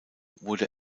wurde